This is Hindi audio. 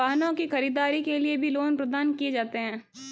वाहनों की खरीददारी के लिये भी लोन प्रदान किये जाते हैं